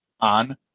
on